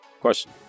question